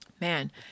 man